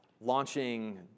launching